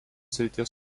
srities